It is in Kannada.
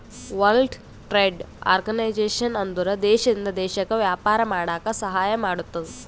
ವರ್ಲ್ಡ್ ಟ್ರೇಡ್ ಆರ್ಗನೈಜೇಷನ್ ಅಂದುರ್ ದೇಶದಿಂದ್ ದೇಶಕ್ಕ ವ್ಯಾಪಾರ ಮಾಡಾಕ ಸಹಾಯ ಮಾಡ್ತುದ್